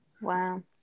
Wow